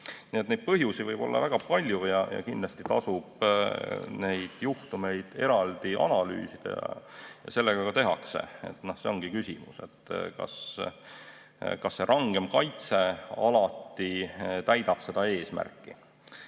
et põhjusi võib olla väga palju ja kindlasti tasub neid juhtumeid eraldi analüüsida. Seda ka tehakse. Ongi küsimus, kas see rangem kaitse alati täidab seda eesmärki.